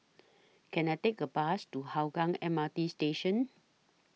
Can I Take A Bus to Hougang M R T Station